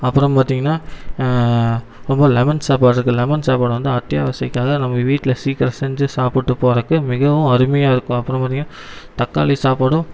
அப்புறம் பார்த்தீங்கன்னா அப்பறமாக லெமன் சாப்பாடு இருக்கு லெமன் சாப்பாடு வந்து அத்தியாவசியக்காக நம்ம வீட்டில் சீக்கரம் செஞ்சு சாப்பிட்டு போகறக்கு மிகவும் அருமையாக இருக்கும் அப்புறம் பார்த்தீங்கன்னா தக்காளி சாப்பாடும்